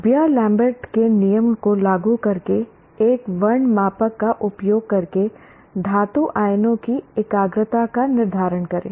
beer Lambert के नियम को लागू करके एक वर्णमापक का उपयोग करके धातु आयनों की एकाग्रता का निर्धारण करें